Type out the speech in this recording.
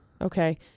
Okay